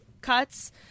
cuts